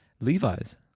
levi's